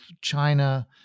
China